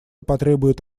потребует